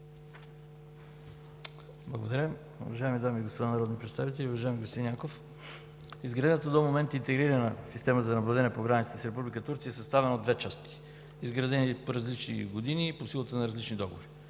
Благодаря. Уважаеми дами и господа народни представители, уважаеми господин Янков! Изградената до момента интегрирана система за наблюдение по границата с Република Турция е съставена от две различни части, изградени в различни години и по силата на различни договори.